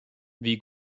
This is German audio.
wie